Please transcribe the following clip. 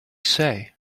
say